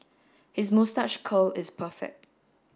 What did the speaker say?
his moustache curl is perfect